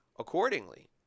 accordingly